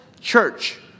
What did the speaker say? church